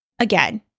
again